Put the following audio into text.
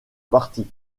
parties